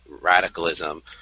radicalism